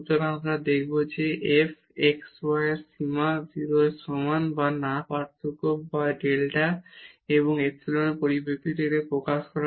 সুতরাং আমরা দেখাবো যে এই f xy এর সীমা 0 এর সমান বা না পার্থক্য এবং ডেল্টা এবং ইপসিলনের পরিপ্রেক্ষিতে এটি প্রকাশ করা